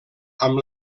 amb